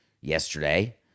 yesterday